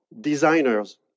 designers